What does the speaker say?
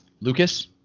Lucas